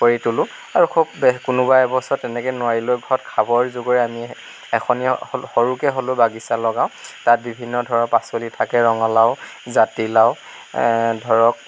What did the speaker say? কৰি তুলোঁ আৰু খুব বে কোনোবাই এবছৰ তেনেকৈ নোৱাৰিলেও ঘৰত খাবৰ জোখেৰে আনি এখনি স সৰুকৈ হ'লেও বাগিছা লগাওঁ তাত বিভিন্ন ধৰণৰ পাচলি থাকে ৰঙালাও জাতিলাও ধৰক